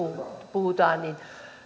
puhutaan niin